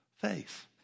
faith